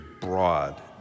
broad